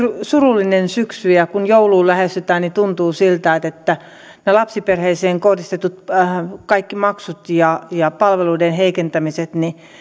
surullinen syksy ja kun joulua lähestytään niin tuntuu siltä että ne lapsiperheisiin kohdistetut kaikki maksut ja ja palveluiden heikentämiset